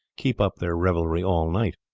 keep up their revelry all night.